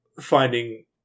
finding